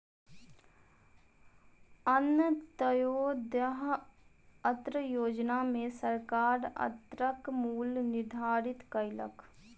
अन्त्योदय अन्न योजना में सरकार अन्नक मूल्य निर्धारित कयलक